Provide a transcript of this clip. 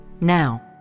Now